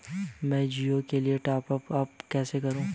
मैं जिओ के लिए टॉप अप कैसे करूँ?